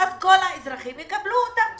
ואז כל האזרחים יקבלו אותם תנאים.